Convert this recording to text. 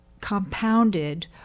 compounded